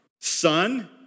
son